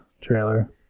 trailer